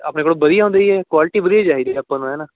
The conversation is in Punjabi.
ਆਪਣੇ ਕੋਲ ਵਧੀਆ ਹੁੰਦੇ ਜੀ ਇਹ ਕੋਆਲਟੀ ਵਧੀਆ ਚਾਹੀਦੀ ਜੀ ਆਪਾਂ ਨੂੰ ਐਨ